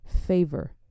favor